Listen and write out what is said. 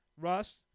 russ